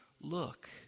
look